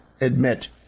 admit